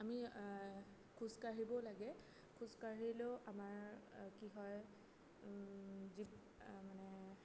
আমি খোজকাঢ়িবও লাগে খোজকাঢ়িলেও আমাৰ কি হয় মানে